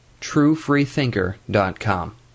TrueFreeThinker.com